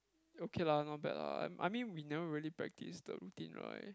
okay lah not bad lah I I mean we never really practice the routine right